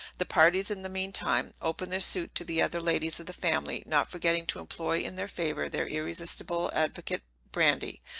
the parties, in the mean time, open their suit to the other ladies of the family, not forgetting to employ in their favor their irresistible advocate brandy,